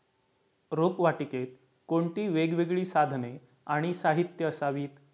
रोपवाटिकेत कोणती वेगवेगळी साधने आणि साहित्य असावीत?